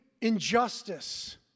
injustice